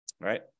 right